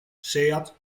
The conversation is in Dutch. seat